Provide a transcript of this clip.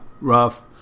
rough